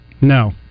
No